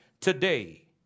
today